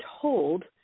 told